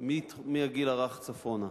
מהגיל הרך צפונה.